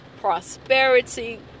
prosperity